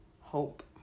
hope